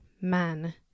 man